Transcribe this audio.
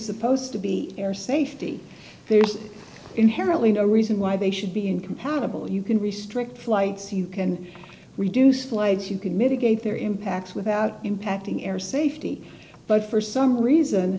supposed to be air safety there's inherently no reason why they should be incompatible you can restrict flights you can reduce flights you can mitigate their impacts without impacting air safety but for some reason